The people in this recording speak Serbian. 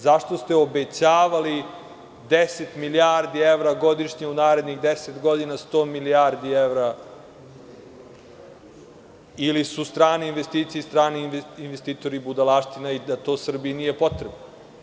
Zašto ste obećavali 10 milijardi evra godišnje, u narednih 10 godina 100 milijardi evra ili su strane investicije i strani investitori budalaštine i da to Srbiji nije potrebno?